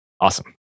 Awesome